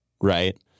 right